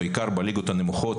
בעיקר בליגות הנמוכות,